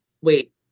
wait